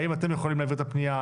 האם אתם יכולים להעביר את הפנייה,